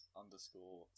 underscore